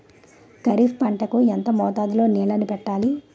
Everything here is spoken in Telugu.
ఖరిఫ్ పంట కు ఎంత మోతాదులో నీళ్ళని పెట్టాలి?